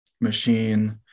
machine